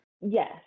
Yes